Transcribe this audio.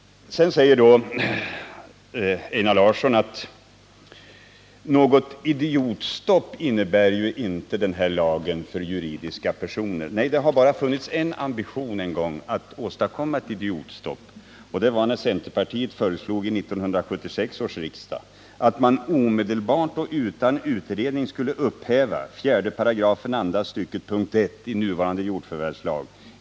Sedan säger Einar Larsson att den här lagen inte innebär något idiotstopp för juridiska personer. Nej, det har bara funnits ambition att åstadkomma ett idiotstopp en gång, och det var när centerpartiet i 1976 års riksdag föreslog att man omedelbart och utan utredning skulle upphäva 4§ andra stycket punkten 1 i nuvarande jordförvärvslag.